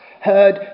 heard